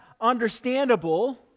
understandable